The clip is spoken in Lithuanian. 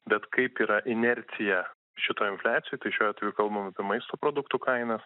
bet kaip yra inercija šitoj infliacijoj tai šiuo atveju kalbam apie maisto produktų kainas